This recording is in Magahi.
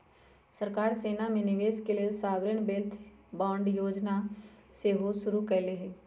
सरकार सोना में निवेश के लेल सॉवरेन गोल्ड बांड जोजना सेहो शुरु कयले हइ